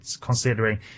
considering